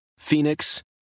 Phoenix